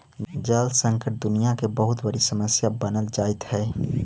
जल संकट दुनियां के बहुत बड़ी समस्या बनल जाइत हई